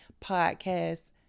podcast